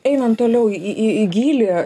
einant toliau į į gylį